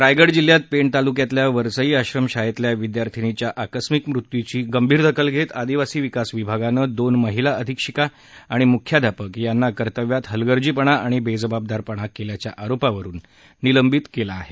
रायगड जिल्ह्यात पेण तालुक्यातल्या वरसई आश्रमशाळेतल्या विद्यार्थिनीच्या आकस्मिक मृत्यूची गंभीर दखल घेत आदिवासी विकास विभागानं दोन महिला अधीक्षिका आणि मुख्याध्यापक यांना कर्तव्यात हलगर्जीपणा आणि बेजबाबदारपणा केल्याच्या आरोपावरून निलंबित केलं आहे